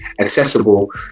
accessible